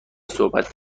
صحبت